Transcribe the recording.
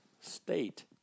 state